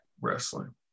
wrestling